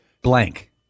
blank